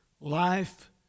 Life